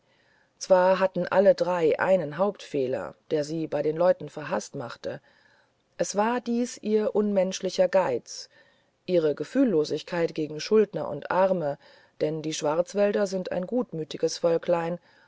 zwar hatten alle drei einen hauptfehler der sie bei den leuten verhaßt machte es war dies ihr unmenschlicher geiz ihre gefühllosigkeit gegen schuldner und arme denn die schwarzwälder sind ein gutmütiges völklein